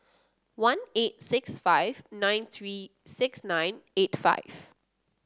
one eight six five nine three six nine eight five